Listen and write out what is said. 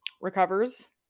recovers